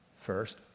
First